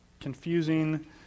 confusing